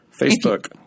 Facebook